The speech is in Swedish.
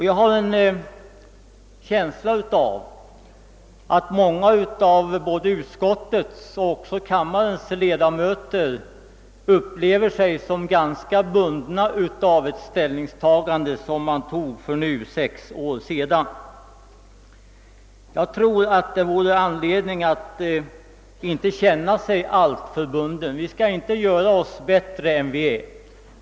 Jag har en känsla av att många av både utskottets och kammarens ledamöter upplever sig som ganska bundna av det ställningstagande man gjorde för nu sex år sedan. Jag tror att det finns anledning att inte känna sig alltför bunden. Vi skall inte göra oss bättre än vi är.